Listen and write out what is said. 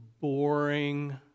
boring